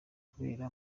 kubera